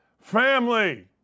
Family